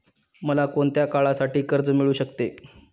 मला कोणत्या काळासाठी कर्ज मिळू शकते?